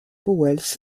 pauwels